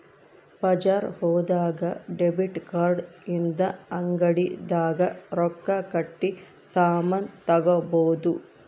ಬಜಾರ್ ಹೋದಾಗ debit card ಇಂದ ಅಂಗಡಿ ದಾಗ ರೊಕ್ಕ ಕಟ್ಟಿ ಸಾಮನ್ ತಗೊಬೊದು